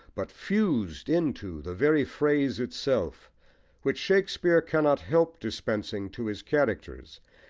but fused into, the very phrase itself which shakespeare cannot help dispensing to his characters,